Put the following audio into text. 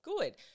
good